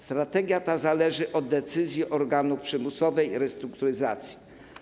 Strategia ta zależy od decyzji organu przymusowej restrukturyzacji.